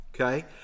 Okay